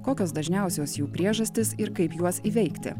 kokios dažniausios jų priežastys ir kaip juos įveikti